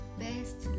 best